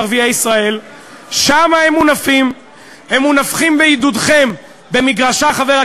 מכרמיאל ורוימי מאופקים על הרצח המתועב והברברי